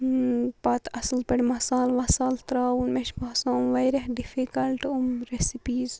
پَتہٕ اَصٕل پٲٹھۍ مصالہٕ وَسالہٕ ترٛاوُن مےٚ چھُ باسان یِم واریاہ ڈِفِکَلٹ یِم ریسِپیٖز